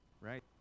Right